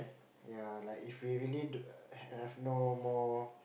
ya like if we really to err have no more